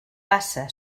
passa